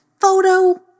Photo